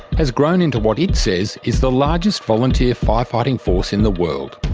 has grown into what it says is the largest volunteer fire fighting force in the world.